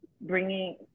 bringing